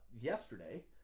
yesterday